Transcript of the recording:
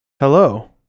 Hello